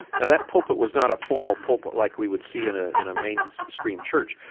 now, that pulpit was not a formal pulpit like we would see in ah in a mainstream church,